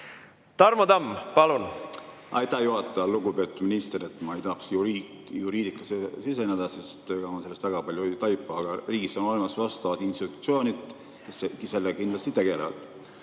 Tarmo Tamm, palun! Aitäh, juhataja! Lugupeetud minister! Ma ei tahaks juriidikasse siseneda, sest ega ma sellest väga palju ei taipa, aga riigis on olemas vastavad institutsioonid, kes sellega tegelevad.